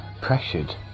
pressured